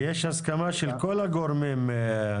כי יש הסכמה של כל הגורמים לנושא.